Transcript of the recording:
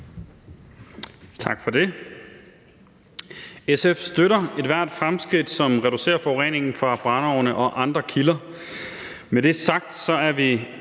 Tak for det. SF støtter ethvert fremskridt, som reducerer forureningen fra brændeovne og andre kilder.